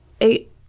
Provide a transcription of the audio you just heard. Eight